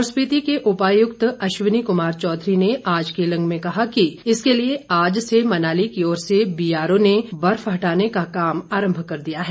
लाहौल स्पीति के उपायुक्त अश्वनी कुमार चौधरी ने आज केलंग में कहा कि इसके लिए आज से मनाली की ओर से बीआरओ ने बर्फ हटाने का काम आरंभ कर दिया है